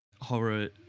horror